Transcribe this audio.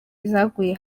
zaguye